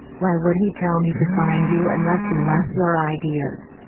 why would he tell me to find you unless he liked your ideas?